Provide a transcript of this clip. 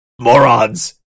Morons